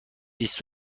بیست